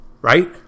Right